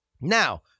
Now